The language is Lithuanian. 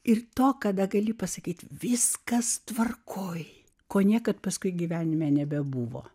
ir to kada galiu pasakyti viskas tvarkoje ko niekad paskui gyvenime nebebuvo